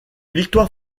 victoire